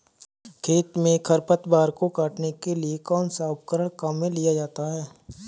खेत में खरपतवार को काटने के लिए कौनसा उपकरण काम में लिया जाता है?